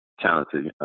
talented